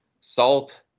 salt